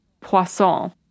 Poisson